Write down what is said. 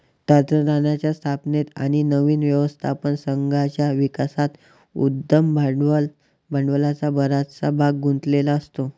तंत्रज्ञानाच्या स्थापनेत आणि नवीन व्यवस्थापन संघाच्या विकासात उद्यम भांडवलाचा बराचसा भाग गुंतलेला असतो